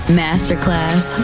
masterclass